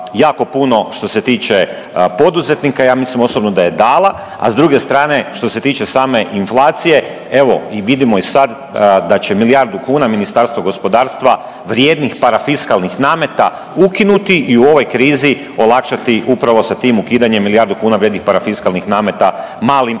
jako puno što se tiče poduzetnika. Ja mislim osobno da je dala, a s druge strane što se tiče same inflacije evo vidimo i sad da će milijardu kuna Ministarstvo gospodarstva vrijednih parafiskalnih nameta ukinuti i u ovoj krizi olakšati upravo sa tim ukidanjem milijardu kuna vrijednih parafiskalnih nameta malim,